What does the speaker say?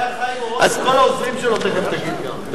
זה היה חיים אורון וכל העוזרים שלו, תיכף תגיד גם.